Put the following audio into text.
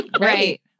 Right